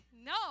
no